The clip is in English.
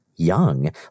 young